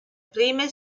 prime